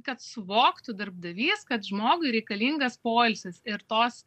kad suvoktų darbdavys kad žmogui reikalingas poilsis ir tos